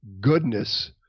goodness